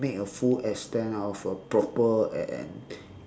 make a full extent out of a proper and and